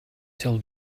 till